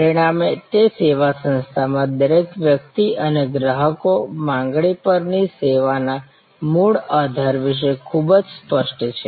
પરિણામે તે સેવા સંસ્થામાં દરેક વ્યક્તિ અને ગ્રાહકો માંગણી પરની સેવાના મૂળ આધાર વિશે ખૂબ જ સ્પષ્ટ છે